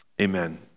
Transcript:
amen